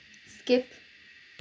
skip